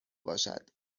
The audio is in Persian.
باشد